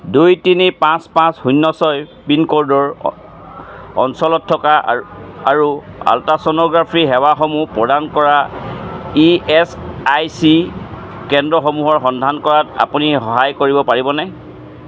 দুই তিনি পাঁচ পাঁচ শূন্য ছয় পিনক'ডৰ অঞ্চলত থকা আৰু আলট্ৰা ছ'ন'গ্ৰাফি সেৱাসমূহ প্ৰদান কৰা ই এছ আই চি কেন্দ্ৰসমূহৰ সন্ধান কৰাত আপুনি সহায় কৰিব পাৰিবনে